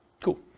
Cool